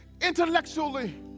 intellectually